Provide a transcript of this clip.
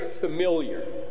familiar